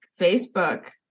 Facebook